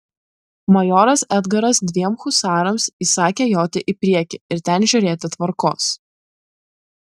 majoras edgaras dviem husarams įsakė joti į priekį ir ten žiūrėti tvarkos